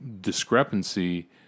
discrepancy